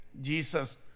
Jesus